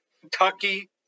Kentucky